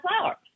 flowers